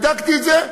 בדקתי את זה.